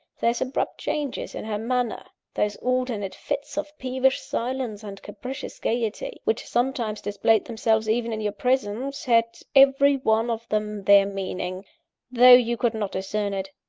those abrupt changes in her manner, those alternate fits of peevish silence and capricious gaiety, which sometimes displayed themselves even in your presence, had every one of them their meaning though you could not discern it.